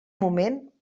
moment